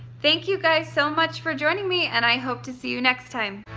thank you guys so much for joining me and i hope to see you next time.